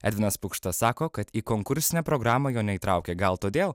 edvinas pukšta sako kad į konkursinę programą jo neįtraukė gal todėl